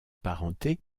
parenté